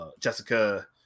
Jessica